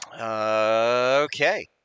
Okay